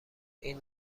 این